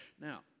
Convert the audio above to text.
Now